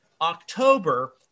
October